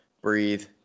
breathe